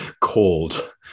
cold